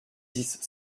dix